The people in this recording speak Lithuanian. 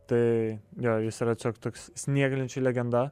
tai jo jis yra tiesiog toks snieglenčių legenda